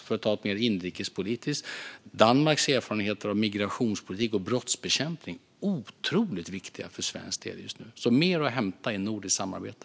För att ta ett mer inrikespolitiskt exempel är Danmarks erfarenheter av migrationspolitik och brottsbekämpning otroligt viktiga för svensk del just nu. Det finns alltså mer att hämta i nordiskt samarbete.